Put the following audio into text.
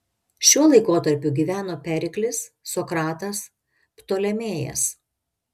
šiuo laikotarpiu gyveno periklis sokratas ptolemėjas